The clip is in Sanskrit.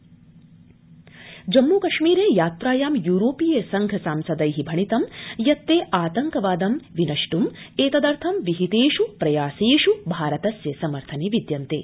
यूरोपीय संघम् जम्मृकश्मीर यात्रायां यूरोपीय संघ सांसदै भणितं यत् ते आतंकवाद विनष्टम एतदर्थ विहितेष् प्रयासेष् च भारतस्य समर्थने विद्यन्ते